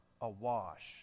awash